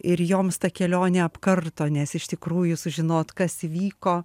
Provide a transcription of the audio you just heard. ir joms ta kelionė apkarto nes iš tikrųjų sužinot kas įvyko